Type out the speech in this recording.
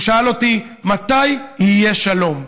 הוא שאל אותי: מתי יהיה שלום?